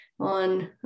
on